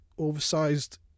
oversized